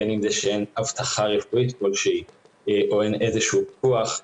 בין אם זה שאין אבטחה רפואית כלשהי או אין איזשהו כוח,